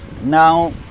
Now